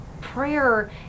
prayer